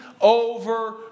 over